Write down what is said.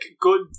good